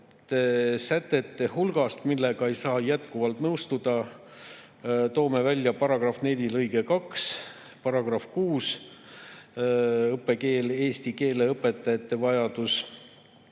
sätete hulgas, millega ei saa jätkuvalt nõustuda, toome välja § 4 lõike 2, § 6. Õppekeel – eesti keele õpetajate vajadus